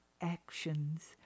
actions